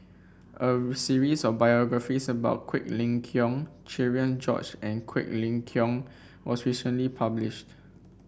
a series of biographies about Quek Ling Kiong Cherian George and Quek Ling Kiong was recently published